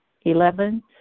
Eleven